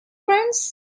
friends